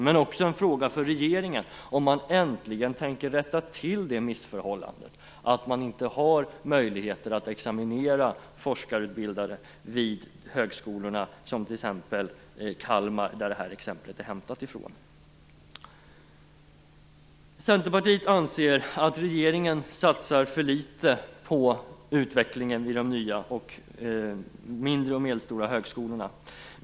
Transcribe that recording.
Frågan kan också ställas till regeringen om den äntligen tänker rätta till missförhållandet att man inte har möjlighet att examinera forskarutbildade vid högskolor. Det gäller bl.a. Kalmar, som exemplet är hämtat från. Vi i Centerpartiet anser att regeringen satsar för litet på utvecklingen vid de nya mindre och medelstora högskolorna.